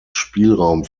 spielraum